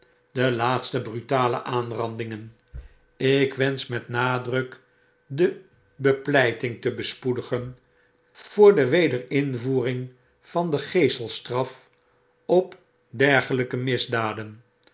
de laatste brutale aanrandingen ik wensch met nadruk de bepleiting te bespoedigen voor de wederinvoering van de geeselstraf op dergelpe misdaden